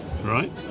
right